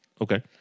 Okay